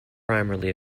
primarily